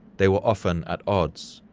they were often at odds,